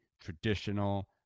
traditional